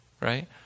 Right